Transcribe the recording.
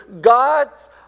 God's